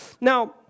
Now